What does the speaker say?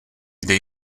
kde